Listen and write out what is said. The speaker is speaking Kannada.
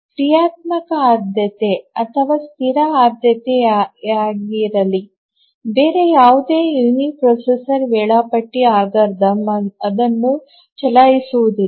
ಕ್ರಿಯಾತ್ಮಕ ಆದ್ಯತೆ ಅಥವಾ ಸ್ಥಿರ ಆದ್ಯತೆಯಾಗಿರಲಿ ಬೇರೆ ಯಾವುದೇ ಯುನಿಪ್ರೊಸೆಸರ್ ವೇಳಾಪಟ್ಟಿ ಅಲ್ಗಾರಿದಮ್ ಅದನ್ನು ಚಲಾಯಿಸುವುದಿಲ್ಲ